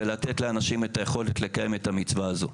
בלתת לאנשים את היכולת לקיים את המצווה הזו.